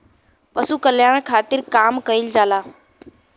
पशु कल्याण खातिर काम कइल जाला